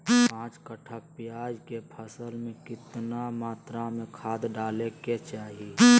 पांच कट्ठा प्याज के फसल में कितना मात्रा में खाद डाले के चाही?